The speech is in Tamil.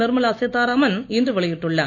நிர்மலா சீதாராமன் இன்று வெளியிட்டுள்ளார்